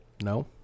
No